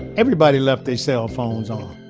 everybody left their cell phones on,